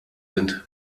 sind